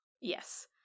yes